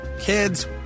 Kids